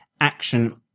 action